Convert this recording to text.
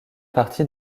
partie